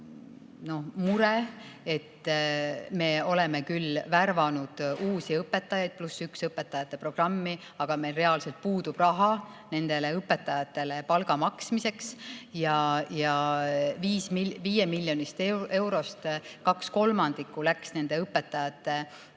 mure, et me oleme küll värvanud uusi õpetajaid "+1 õpetaja" programmi, aga meil reaalselt puudub raha nendele õpetajatele palga maksmiseks. Ja 5 miljonist eurost kaks kolmandikku läks nende õpetajate palga